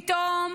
פתאום,